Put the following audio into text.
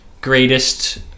greatest